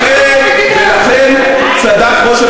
מה זה קשור למדינה?